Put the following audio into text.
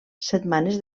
setmanes